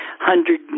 hundred